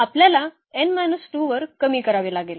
आपल्याला n 2 वर कमी करावे लागेल